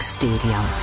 stadium